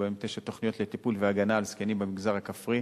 ובהן תשע תוכניות לטיפול והגנה על זקנים במגזר הכפרי